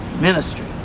ministry